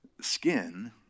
Skin